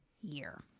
year